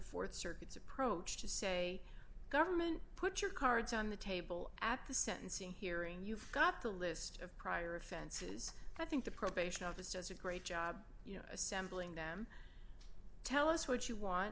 the th circuit's approach to say government put your cards on the table at the sentencing hearing you've got the list of prior offenses i think the probation office does a great job you know assembling them tell us what you want